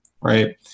right